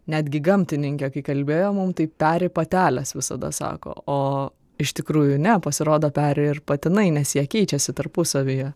netgi gamtininkė kai kalbėjo mum tai peri patelės visada sako o iš tikrųjų ne pasirodo peri ir patinai nes jie keičiasi tarpusavyje